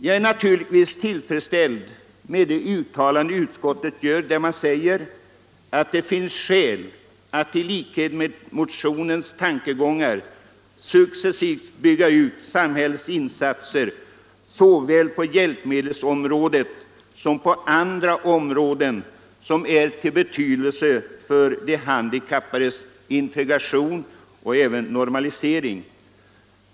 Jag är naturligtvis tillfredsställd med utskottets uttalande att ”det, i överensstämmelse med de tankegångar som kommer till uttryck i motionen, finns skäl att successivt ytterligare bygga ut samhällets insatser såväl på hjälpmedelsområdet som på andra områden som är av betydelse för de handikappades integration och normalisering”.